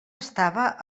estava